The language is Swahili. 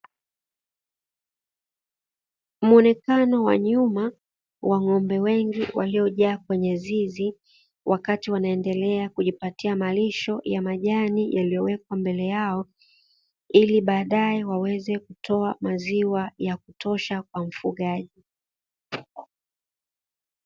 Muonekano wa nyuma wa ng'ombe wengi waliojaa kwenye zizi wakati wanaendelea kujipatia malisho ya majani, yaliyowekwa mbele yao ili baadaye waweze kutoa maziwa ya kutosha kwa mfugaji.